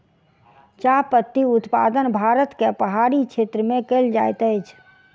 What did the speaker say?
चाह पत्ती उत्पादन भारत के पहाड़ी क्षेत्र में कयल जाइत अछि